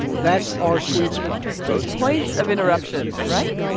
that's our sweet spot, right? points of interruption, right?